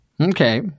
Okay